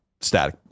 static